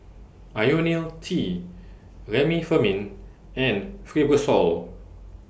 Ionil T Remifemin and Fibrosol